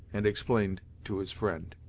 and explained to his friend.